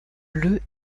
bleus